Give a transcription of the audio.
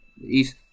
East